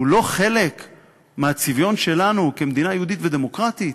הוא לא חלק מהצביון שלנו כמדינה יהודית ודמוקרטית?